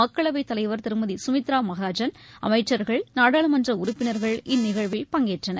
மக்களவைத் தலைவர் திருமதி சுமித்ரா மகாஜன் அமைச்சர்கள் நாடாளுமன்ற உறுப்பினர்கள் இந்நிகழ்வில் பங்கேற்றனர்